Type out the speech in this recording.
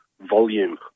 volume